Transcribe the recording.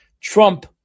Trump